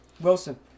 Wilson